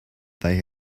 they